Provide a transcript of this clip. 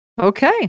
Okay